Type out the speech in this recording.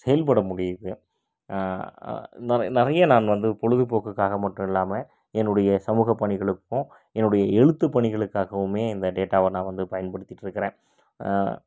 செயல்பட முடியுது நிறைய நான் வந்து பொழுது போக்குக்காக மட்டும் இல்லாமல் என்னுடைய சமூகப்பணிகளுக்கும் என்னுடைய எழுத்துப்பணிகளுக்காகவுமே இந்த டேட்டாவை நான் வந்து பயன்படுத்திகிட்ருக்குறேன்